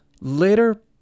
later